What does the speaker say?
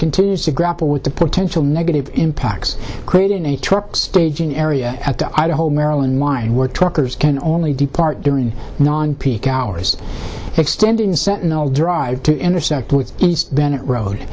continues to grapple with the potential negative impacts created a truck staging area at the idaho maryland mine were truckers can only depart during non peak hours extending the sentinel drive to intersect with bennett road